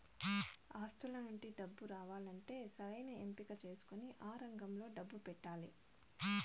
ఆస్తుల నుండి డబ్బు రావాలంటే సరైన ఎంపిక చేసుకొని ఆ రంగంలో డబ్బు పెట్టాలి